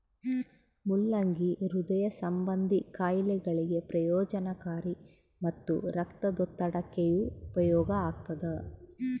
ಮುಲ್ಲಂಗಿ ಹೃದಯ ಸಂಭಂದಿ ಖಾಯಿಲೆಗಳಿಗೆ ಪ್ರಯೋಜನಕಾರಿ ಮತ್ತು ರಕ್ತದೊತ್ತಡಕ್ಕೆಯೂ ಉಪಯೋಗ ಆಗ್ತಾದ